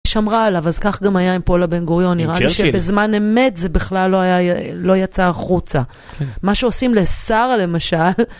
שמרה עליו, אז כך גם היה עם פאולה בן גוריון. נראה לי שבזמן אמת זה בכלל לא יצא החוצה. מה שעושים לסער, למשל...